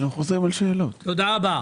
תודה.